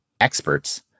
experts